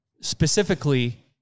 specifically